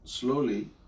Slowly